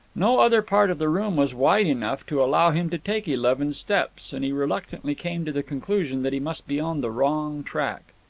no other part of the room was wide enough to allow him to take eleven steps, and he reluctantly came to the conclusion that he must be on the wrong tack.